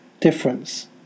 difference